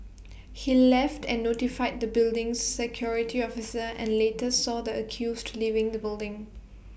he left and notified the building's security officer and later saw the accused leaving the building